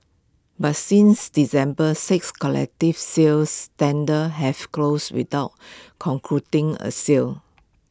but since December six collective sales tenders have closed without concluding A sale